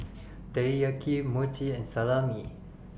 Teriyaki Mochi and Salami